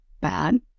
bad